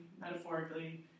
metaphorically